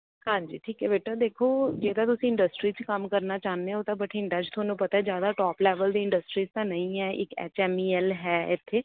ਹਾਂਜੀ ਠੀਕ ਹੈ ਬੇਟਾ ਦੇਖੋ ਜੇ ਤਾਂ ਤੁਸੀਂ ਇੰਡਸਟਰੀ 'ਚ ਕੰਮ ਕਰਨਾ ਚਾਹੁੰਦੇ ਹੋ ਉਹ ਤਾਂ ਬਠਿੰਡਾ 'ਚ ਤੁਹਾਨੂੰ ਪਤਾ ਜ਼ਿਆਦਾ ਟੋਪ ਲੈਵਲ ਦੀ ਇੰਡਸਟਰੀਜ਼ ਤਾਂ ਨਹੀਂ ਹੈ ਇੱਕ ਐੱਚ ਐੱਮ ਈ ਐੱਲ ਹੈ ਇੱਥੇ